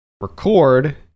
record